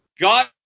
God